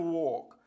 walk